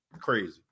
Crazy